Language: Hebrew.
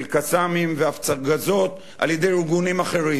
"קסאמים" והפגזות על-ידי ארגונים אחרים,